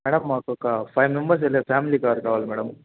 madam మాకొక five members వెళ్ళే family car కావాలి మేడం